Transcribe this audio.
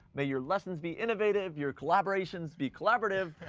may your lessons be innovative, your collaborations be collaborative.